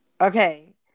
Okay